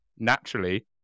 naturally